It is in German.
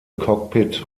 cockpit